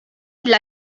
dla